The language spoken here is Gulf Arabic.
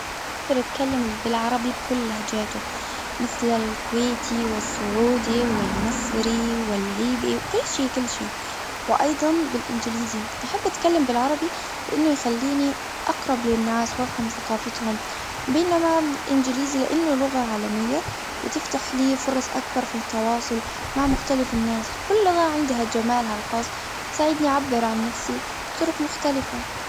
حاليا أقدر أتكلم بالعربي بكل لهجاته. مثل الكويتي والسعودي والمصري والليبي كل شي كل شي. وأيضا بالأنجليزي. أحب أتكلم بالعربي لأنه يخليني أقرب للناس وأفهم ثقافتهم. بينما بالأنجليزي لأنه لغة عالمية. وتفتح لي فرص أكثر في التواصل مع مختلف الناس. كل لغة عندها جمالها الخاص. تساعدني أعبر عن نفسي بطرق مختلفة.